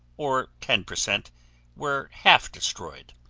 or ten percent were half destroyed.